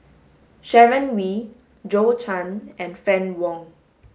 Sharon Wee Zhou Can and Fann Wong